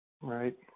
Right